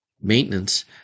maintenance